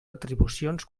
retribucions